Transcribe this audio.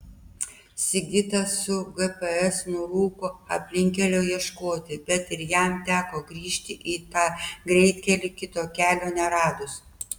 sigitas su gps nurūko aplinkkelio ieškoti bet ir jam teko grįžti į tą greitkelį kito kelio neradus